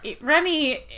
Remy